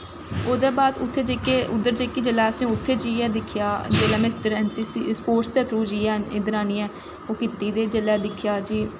ओह्दै बाद उत्थें जेह्के उद्धर जाइयै जिसलै असें दिक्खेआ ऐन्न सी सी दे थ्रू इद्धर जाइयै ओह् कीती ते जिसलै दिक्खेआ ते